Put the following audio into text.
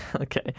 Okay